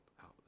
out